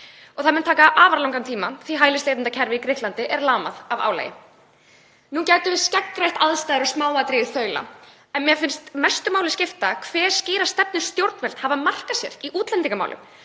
og það mun taka afar langan tíma því að hælisleitendakerfið í Grikklandi er lamað af álagi. Nú gætum við skeggrætt aðstæður og smáatriði í þaula en mér finnst mestu máli skipta hve skýra stefnu stjórnvöld hafa markað sér í útlendingamálum,